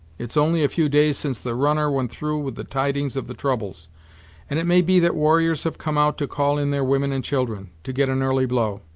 it's only a few days since the runner went through with the tidings of the troubles and it may be that warriors have come out to call in their women and children, to get an early blow.